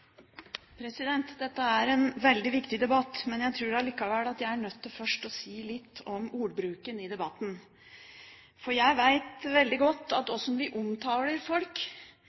en veldig viktig debatt. Men jeg tror likevel at jeg først er nødt til å si litt om ordbruken i debatten. Jeg vet veldig godt at hvordan vi omtaler folk